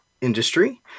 industry